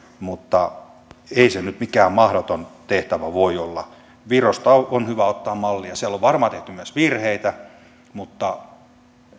mutta ei se nyt mikään mahdoton tehtävä voi olla virosta on on hyvä ottaa mallia siellä on varmaan tehty myös virheitä mutta